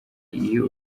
iyo